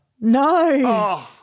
No